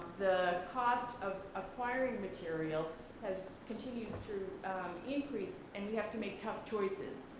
the cost of acquiring material has continues to increase and we have to make tough choices.